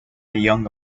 young